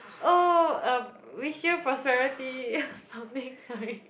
oh um wish you prosperity something sorry